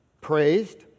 praised